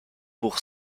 pour